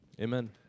Amen